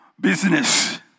business